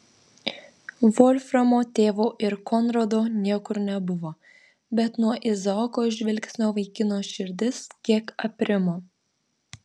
volframo tėvo ir konrado niekur nebuvo bet nuo izaoko žvilgsnio vaikino širdis kiek aprimo